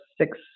six